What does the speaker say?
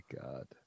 God